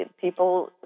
people –